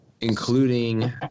including